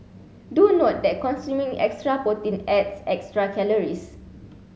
do note that consuming extra protein adds extra calories